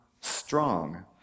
strong